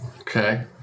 Okay